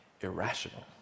irrational